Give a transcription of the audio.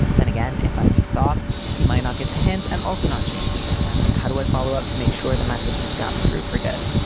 then again, if i'm too soft, he might not get the hint and also not change. and how do i follow up to make sure the message has gotten through? forget